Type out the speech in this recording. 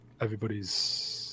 everybody's